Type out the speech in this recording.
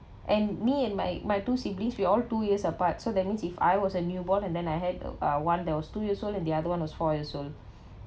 and me and my my two siblings we all two years apart so that means if I was a newborn and then I had uh one that was two years old and the other [one] was four years old